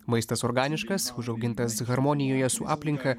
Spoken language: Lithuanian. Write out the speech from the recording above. maistas organiškas užaugintas harmonijoje su aplinka